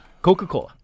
Coca-Cola